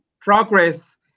progress